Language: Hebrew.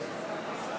חברי הכנסת,